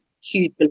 huge